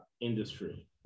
industry